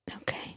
okay